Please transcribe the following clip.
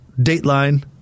Dateline